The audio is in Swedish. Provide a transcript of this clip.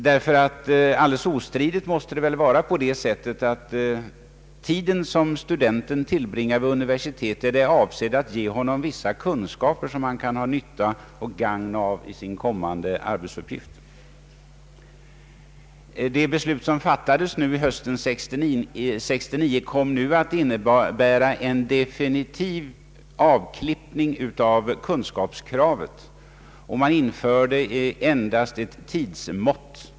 Det är väl alldeles ostridigt på det sättet att den tid som studenten tillbringar vid universitetet är avsedd att ge honom vissa kunskaper som han kan ha nytta av i sin kommande arbetsuppgift. Det beslut som fattades hösten 1969 kom att innebära en definitiv avklippning av kunskapskravet, och man införde endast ett tidsmått.